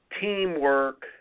teamwork